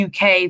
UK